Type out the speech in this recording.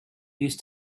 used